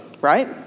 right